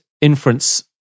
inference